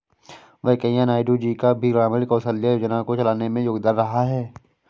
वैंकैया नायडू जी का भी ग्रामीण कौशल्या योजना को चलाने में योगदान रहा है